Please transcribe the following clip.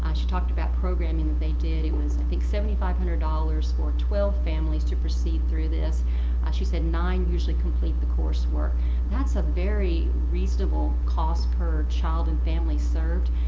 she talked about programing that they did it was i think seventy five hundred dollars for twelve families to proceed through this she said nine usually complete the course work that's a very reasonable cost per child and family served.